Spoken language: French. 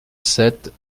sept